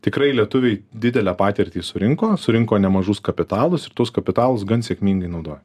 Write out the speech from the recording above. tikrai lietuviai didelę patirtį surinko surinko nemažus kapitalus ir tuos kapitalus gan sėkmingai naudoja